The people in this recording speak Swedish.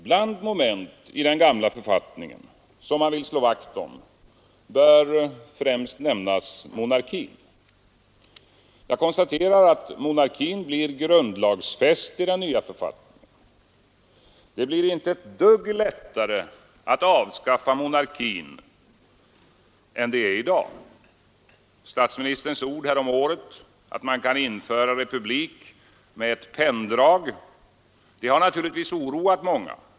Bland moment i den gamla författningen, som man vill slå vakt om, bör främst nämnas monarkin. Jag konstaterar att monarkin blir grundlagsfäst i den nya författningen. Det blir inte ett dugg lättare att avskaffa den än det är i dag. Statsministerns ord häromåret att man kan införa republik ”med ett penndrag” har naturligtvis oroat många.